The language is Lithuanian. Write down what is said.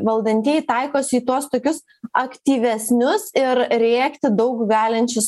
valdantieji taikosi į tuos tokius aktyvesnius ir rėkti daug galinčius